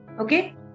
Okay